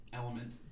Element